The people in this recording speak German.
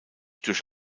durch